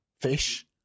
fish